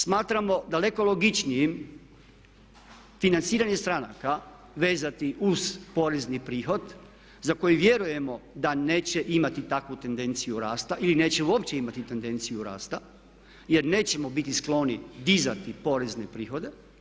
Smatramo daleko logičnijim financiranje stranaka vezati uz porezni prihod za koji vjerujemo da neće imati takvu tendenciju rasta ili neće uopće imati tendenciju rasta jer nećemo biti skloni dizati porezne prihode.